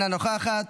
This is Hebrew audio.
אינה נוכחת,